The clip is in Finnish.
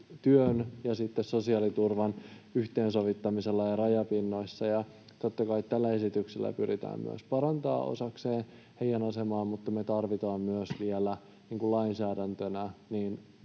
työn ja sosiaaliturvan yhteensovittamisella ja rajapinnoissa. Totta kai tällä esityksellä pyritään myös parantamaan osakseen heidän asemaansa, mutta me tarvitaan myös vielä lainsäädännössä